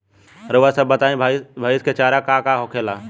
रउआ सभ बताई भईस क चारा का का होखेला?